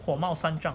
火冒三丈